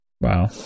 Wow